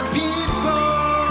people